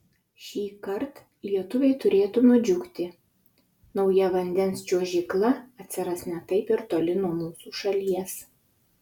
šįkart lietuviai turėtų nudžiugti nauja vandens čiuožykla atsiras ne taip ir toli nuo mūsų šalies